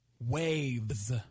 waves